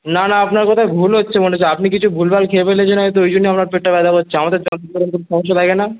না আপনাও কোথাও ভুল হচ্ছে মনে হচ্ছে আপনি কিছু ভুল ভাল খেয়ে ফেলেছেন হয়তো হয় তো ওই জন্যই আনার পেটটা ব্যাথা করছে আমাদের যন্ত্রে তো সমস্যা থাকে না